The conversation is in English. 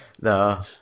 No